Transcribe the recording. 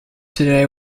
today